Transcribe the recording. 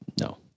No